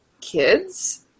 kids